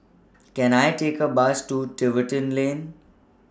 Can I Take A Bus to Tiverton Lane